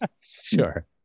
Sure